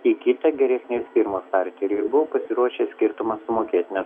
į kitą geresnės firmos starterį ir buvau pasiruošęs skirtumą sumokėti nes